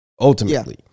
Ultimately